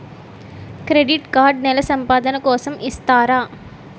Credit card నెల సంపాదన కోసం ఇస్తారా?